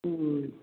ꯎꯝ ꯎꯝ ꯎꯝ